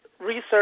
research